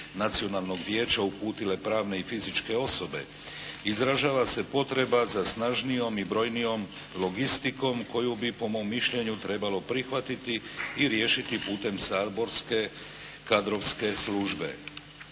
Nacionalnog vijeća uputile pravne i fizičke osobe, izražava se potreba za snažnijom i brojnijom logistikom koju bi po mom mišljenju trebalo prihvatiti i riješiti putem saborske kadrovske službe.